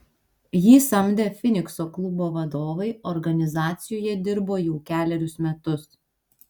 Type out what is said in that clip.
jį samdę finikso klubo vadovai organizacijoje dirbo jau kelerius metus